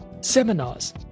seminars